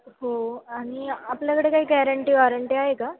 हो आणि आपल्याकडे काही गॅरंटी वॉरंटी आहे का